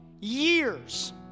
years